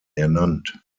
ernannt